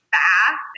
fast